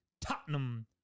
Tottenham